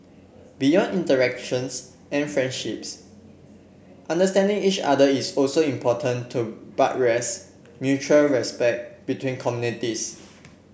beyond interactions and friendships understanding each other is also important to buttress mutual respect between communities